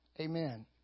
amen